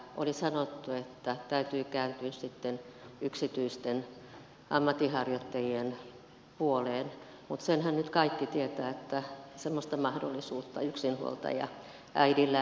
oli sanottu että täytyy kääntyä sitten yksityisten ammatinharjoittajien puoleen mutta senhän nyt kaikki tietävät että semmoista mahdollisuutta yksinhuoltajaäidillä ei ole